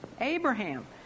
Abraham